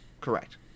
correct